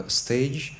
stage